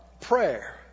prayer